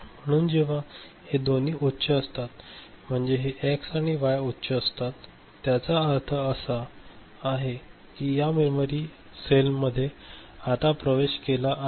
म्हणून जेव्हा हे दोन्ही उच्च असतात म्हणजे हे एक्स आणि वाय उच्च असतात त्याचा अर्थ असा आहे की या मेमरी सेलमध्ये आता प्रवेश केला आहे